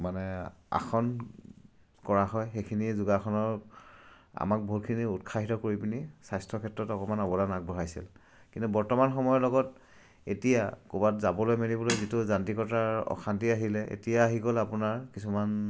মানে আসন কৰা হয় সেইখিনি যোগাসনৰ আমাক বহুতখিনি উৎসাহিত কৰি পিনি স্বাস্থ্য ক্ষেত্ৰত অকমান অৱদান আগবঢ়াইছিল কিন্তু বৰ্তমান সময়ৰ লগত এতিয়া ক'ৰবাত যাবলৈ মেলিবলৈ যিটো যান্ত্ৰিকতাৰ অশান্তি আহিলে এতিয়া আহি গ'ল আপোনাৰ কিছুমান